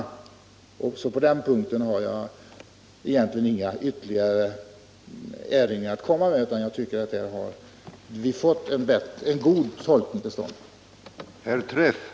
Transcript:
Inte heller på den punkten har jag egentligen några ytterligare erinringar att komma med, utan jag tycker att vi har fått en god tolkning av bestämmelserna till stånd.